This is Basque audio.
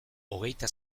hogeita